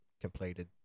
completed